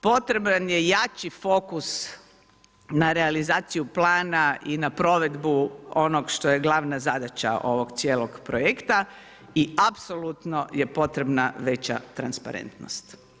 Potreban je jači fokus na realizaciju plana i na provedbu onog što je glavna zadaća ovog cijelog projekta i apsolutno je potrebna veća transparentnost.